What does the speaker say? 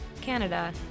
Canada